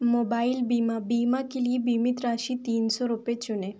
mobile बीमा बीमा के लिए बीमित राशि तीन सौ रुपये चुनें